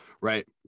Right